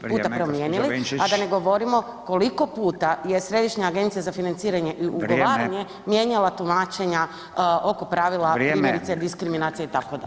puta promijenili, a da ne govorimo koliko puta je Središnja agencija za financiranje [[Upadica: Vrijeme]] i ugovaranje mijenjala tumačenja oko [[Upadica: Vrijeme]] pravila, primjerice diskriminacije itd.